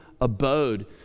abode